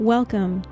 Welcome